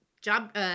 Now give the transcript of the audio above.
job